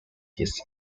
his